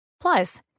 Plus